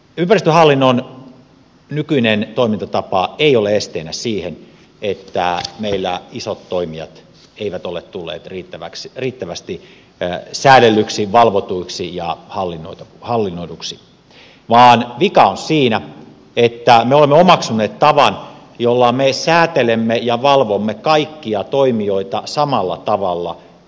ympäristöhallinnon nykyinen toimintatapa ei ole syynä siihen että meillä isot toimijat eivät ole tulleet riittävästi säädellyiksi valvotuiksi ja hallinnoiduiksi vaan vika on siinä että me olemme omaksuneet tavan jolla me säätelemme ja valvomme kaikkia toimijoita samalla tavalla